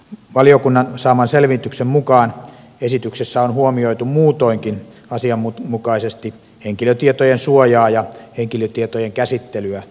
valiokunnan saaman selvityksen mukaan esityksessä on huomioitu muutoinkin asianmukaisesti henkilötietojen suojaa ja henkilötietojen käsittelyä koskevat vaatimukset